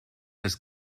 das